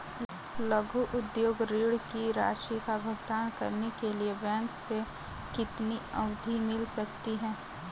लघु उद्योग ऋण की राशि का भुगतान करने के लिए बैंक से कितनी अवधि मिल सकती है?